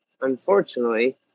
unfortunately